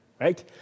Right